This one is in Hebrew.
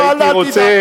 והייתי רוצה,